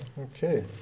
Okay